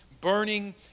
burning